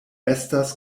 estas